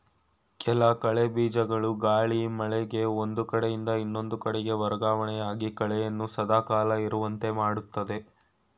ಕೆಲ ಕಳೆ ಬೀಜಗಳು ಗಾಳಿ, ಮಳೆಗೆ ಒಂದು ಕಡೆಯಿಂದ ಇನ್ನೊಂದು ಕಡೆಗೆ ವರ್ಗವಣೆಯಾಗಿ ಕಳೆಯನ್ನು ಸದಾ ಕಾಲ ಇರುವಂತೆ ಮಾಡುತ್ತದೆ